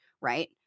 right